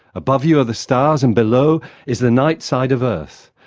above you are the stars, and below is the night side of earth.